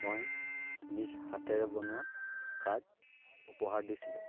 মই নিজ হাতেৰে বনোৱা কাৰ্ড উপহাৰ দিছিলোঁ